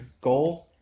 goal